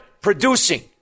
producing